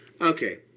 Okay